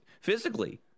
physically